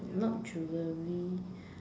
not jewellery